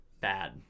bad